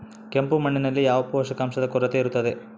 ಕೆಂಪು ಮಣ್ಣಿನಲ್ಲಿ ಯಾವ ಪೋಷಕಾಂಶದ ಕೊರತೆ ಇರುತ್ತದೆ?